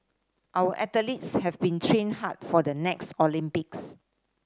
our athletes have been training hard for the next Olympics